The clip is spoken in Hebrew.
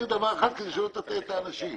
אחד, כדי שלא תטעה את האנשים.